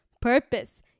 purpose